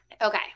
Okay